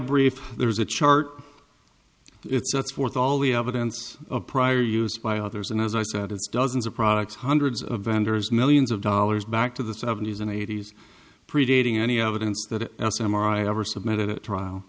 brief there's a chart it's worth all the evidence prior use by others and as i said it's dozens of products hundreds of vendors millions of dollars back to the seventies and eighties predating any evidence that s m r ever submitted a trial